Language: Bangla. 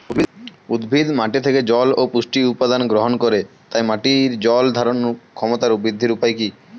উদ্ভিদ মাটি থেকে জল ও পুষ্টি উপাদান গ্রহণ করে তাই মাটির জল ধারণ ক্ষমতার বৃদ্ধির উপায় কী?